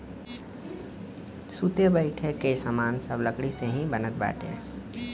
सुते बईठे के सामान सब लकड़ी से ही बनत बाटे